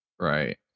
Right